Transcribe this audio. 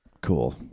Cool